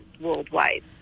worldwide